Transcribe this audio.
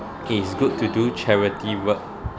it's good to do charity work